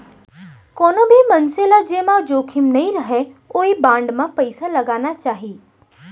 कोनो भी मनसे ल जेमा जोखिम नइ रहय ओइ बांड म पइसा लगाना चाही